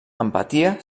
empatia